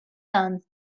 dan